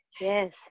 yes